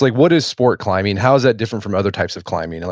like what is sport climbing? how is that different from other types of climbing? and